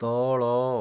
ତଳ